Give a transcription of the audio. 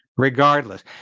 Regardless